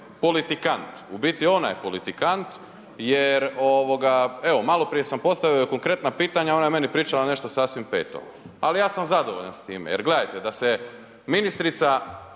politikant. U biti ona je politikant jer ovoga, evo maloprije sam postavio konkretna pitanja ona je meni pričala nešto sasvim peto. Ali ja sam zadovoljan s time jer gledajte da se ministrica